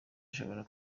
ashobora